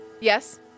Yes